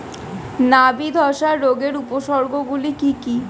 নাবি ধসা রোগের উপসর্গগুলি কি কি?